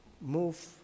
move